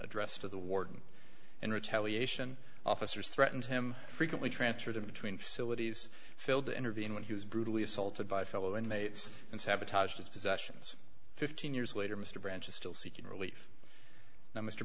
addressed to the warden and retaliation officers threatened him frequently transferred him between facilities failed to intervene when he was brutally assaulted by fellow inmates and sabotaged his possessions fifteen years later mr branch is still seeking relief